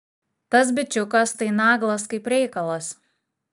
tas bičiukas tai naglas kaip reikalas